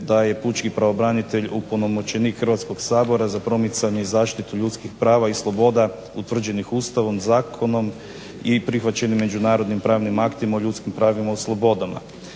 da je pučki pravobranitelj opunomoćenik Hrvatskog sabora za promicanje i zaštitu ljudskih prava i sloboda utvrđenih Ustavom, zakonom i prihvaćenim međunarodnim pravnim aktima o ljudskim pravima, o slobodama.